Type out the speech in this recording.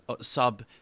sub